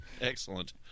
Excellent